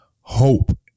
Hope